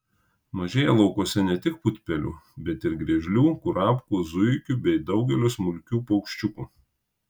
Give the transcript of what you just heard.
mažėja laukuose ne tik putpelių bet ir griežlių kurapkų zuikių bei daugelio smulkių paukščiukų